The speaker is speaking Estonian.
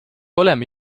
oleme